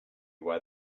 why